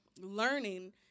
learning